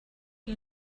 you